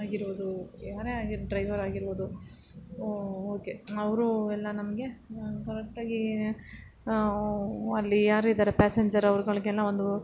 ಆಗಿರುವುದು ಯಾರೇ ಆಗಿರಲಿ ಡ್ರೈವರ್ ಆಗಿರ್ಬೋದು ಓ ಓಕೆ ಅವರು ಎಲ್ಲ ನಮಗೆ ಕರೆಕ್ಟಾಗಿ ಅಲ್ಲಿ ಯಾರಿದ್ದಾರೆ ಪ್ಯಾಸೆಂಜರ್ ಅವ್ರುಗಳಿಗೆಲ್ಲ ಒಂದು